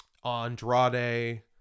andrade